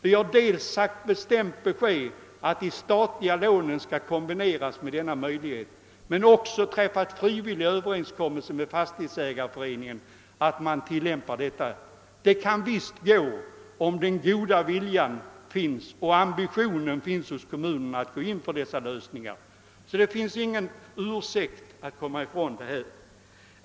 Vi har givit bestämda besked att de statliga lånen skall kombineras med denna anvisningsmöjlighet, men vi har också träffat en frivillig överenskommelse med fastighetsägareföreningen om en tilllämpning av detta system. Det går alltså bra, om den goda viljan och ambitionen finns hos kommunerna att gå in för sådana lösningar. Det finns alltså ingen ursäkt för att man vill komma ifrån detta.